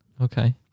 Okay